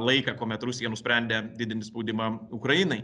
laiką kuomet rusija nusprendė didinti spaudimą ukrainai